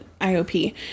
IOP